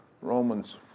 Romans